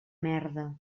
merda